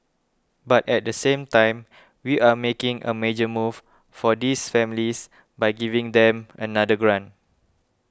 but at the same time we are making a major move for these families by giving them another grant